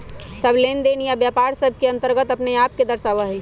सब लेनदेन या व्यापार लाभ के अन्तर्गत अपने आप के दर्शावा हई